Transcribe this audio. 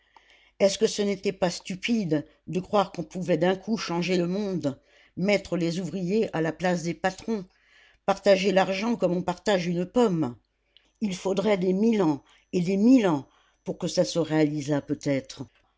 est-ce que ce n'était pas stupide de croire qu'on pouvait d'un coup changer le monde mettre les ouvriers à la place des patrons partager l'argent comme on partage une pomme il faudrait des mille ans et des mille ans pour que ça se réalisât peut-être